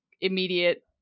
immediate